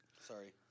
Sorry